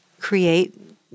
create